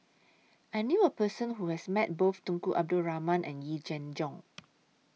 I knew A Person Who has Met Both Tunku Abdul Rahman and Yee Jenn Jong